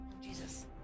Jesus